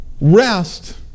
Rest